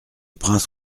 prince